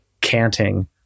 Canting